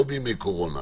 לא בימי קורונה